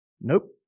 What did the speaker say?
Nope